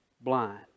blind